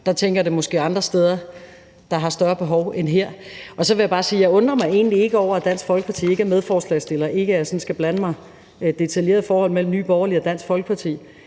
år, tænker jeg der måske er andre steder der har et større behov end. Så vil jeg bare sige, at jeg egentlig ikke undrer mig over, at Dansk Folkeparti ikke er medforslagsstillere – ikke at jeg sådan skal blande mig detaljeret i forholdet mellem Nye Borgerlige og Dansk Folkeparti.